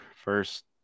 first